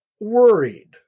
worried